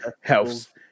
health